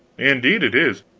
indeed, it is.